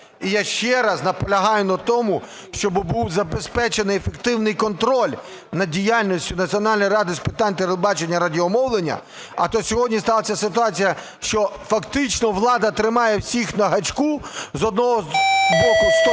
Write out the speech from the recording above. І я ще раз наполягаю на тому, щоб був забезпечений ефективний контроль над діяльністю Національної ради з питань телебачення і радіомовлення. А то сьогодні сталася ситуація, що фактично влада тримає всіх на гачку, з одного боку, з точки